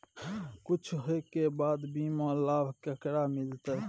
कुछ होय के बाद बीमा लाभ केकरा मिलते?